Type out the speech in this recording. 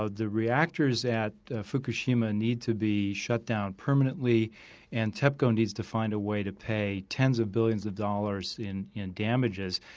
ah the reactors at fukushima need to be shut down permanently and tepco needs to find a way to pay tens of billions of dollars in in damages.